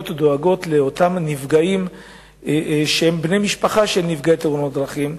דואגות לבני משפחה של נפגעי תאונות דרכים,